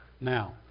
Now